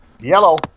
Yellow